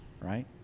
Right